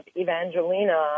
Evangelina